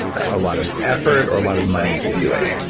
a lot of effort or a lot of money to do it.